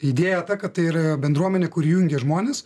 idėja ta kad tai yra bendruomenė kuri jungia žmones